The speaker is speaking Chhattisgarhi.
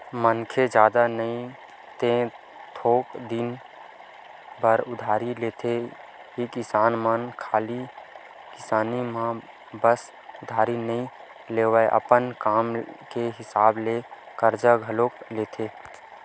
मनखे जादा नई ते थोक दिन बर उधारी लेथे ही किसान मन खाली किसानी म बस उधारी नइ लेवय, अपन काम के हिसाब ले करजा घलोक लेथे